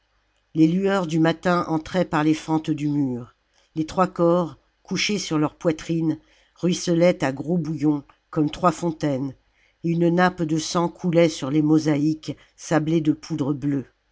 les lueurs du matin entraient par les fentes du mur les trois corps couchés sur leur poitrine ruisselaient à gros bouillons comme trois fontaines et une nappe de sang coulait sur les mosaïques sablées de poudre bleue